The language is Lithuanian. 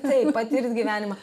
tai patirt gyvenimą